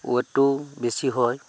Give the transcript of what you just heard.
ৱেটটো বেছি হয়